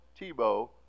Tebow